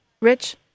Rich